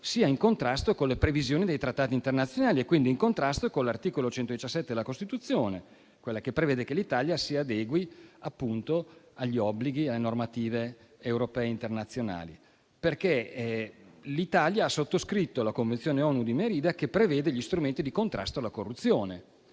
sia in contrasto con le previsioni dei trattati internazionali e quindi con l'articolo 117 della Costituzione, che prevede che l'Italia si adegui agli obblighi e alle normative europee e internazionali. L'Italia ha sottoscritto la Convenzione ONU di Merida che disciplina gli strumenti di contrasto alla corruzione.